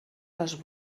les